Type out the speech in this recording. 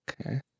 Okay